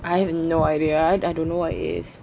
I have no idea I I don't know what it is